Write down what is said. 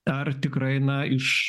ar tikrai na iš